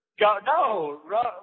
No